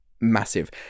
massive